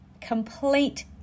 complete